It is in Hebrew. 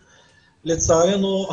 לצערנו,